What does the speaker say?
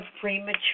premature